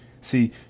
See